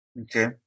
okay